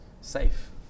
safe